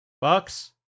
Bucks